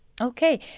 Okay